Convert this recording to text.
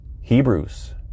Hebrews